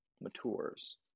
matures